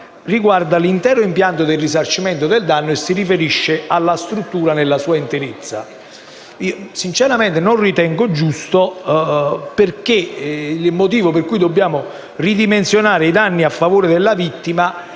riguarda l'intero impianto del risarcimento del danno e la struttura nella sua interezza. Sinceramente non ritengo giusto il motivo per cui dobbiamo ridimensionare i danni a favore della vittima,